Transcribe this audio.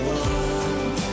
one